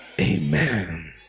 Amen